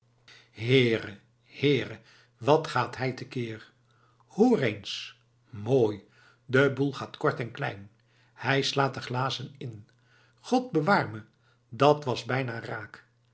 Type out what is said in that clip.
heere heere wat gaat hij te keer hoor eens mooi de boel gaat kort en klein hij slaat de glazen in god bewaar me dat was bijna raak